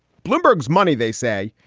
bloomberg's money, they say.